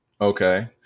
Okay